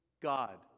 God